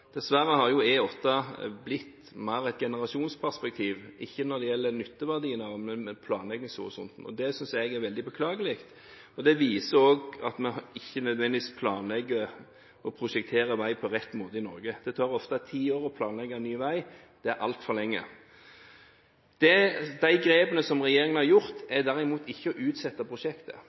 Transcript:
Dessverre har E8 blitt mer et generasjonsperspektiv – ikke når det gjelder nytteverdien av den, men med planleggingshorisonten – og det synes jeg er veldig beklagelig. Det viser også at vi ikke nødvendigvis planlegger og prosjekterer vei på rett måte i Norge. Det tar ofte ti år å planlegge ny vei. Det er altfor lenge. De grepene som regjeringen har gjort, er derimot ikke å utsette prosjektet.